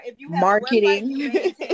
marketing